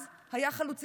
אז הוא היה חלוצי.